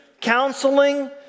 counseling